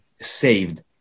saved